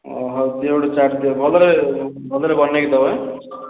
ହଉ ଦିଅ ଗୋଟେ ଚାଟ୍ ଦିଅ ଭଲରେ ଭଲରେ ବନେଇକି ଦେବ